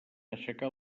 aixecar